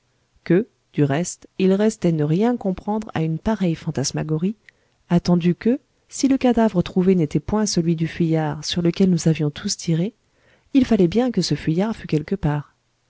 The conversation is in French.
que du reste il restait ne rien comprendre à une pareille fantasmagorie attendu que si le cadavre trouvé n'était point celui du fuyard sur lequel nous avions tous tiré il fallait bien que ce fuyard fût quelque part